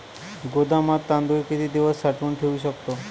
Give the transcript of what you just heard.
गोदामात तांदूळ किती दिवस साठवून ठेवू शकतो?